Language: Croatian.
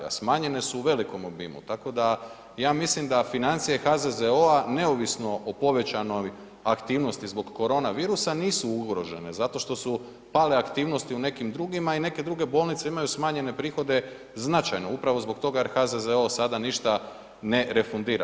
A smanjene su u velikom obimu, tako da, ja mislim da financije HZZO-a neovisno o povećanoj aktivnosti zbog koronavirusa nisu ugrožene, zato što su pale aktivnosti u nekim drugima i neke druge bolnice imaju smanjene prihode značajno upravo zbog toga jer HZZO sada ništa ne refundira.